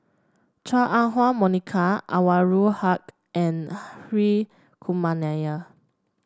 Chua Ah Huwa Monica Anwarul Haque and Hri Kumar Nair